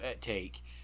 take